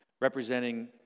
representing